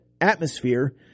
atmosphere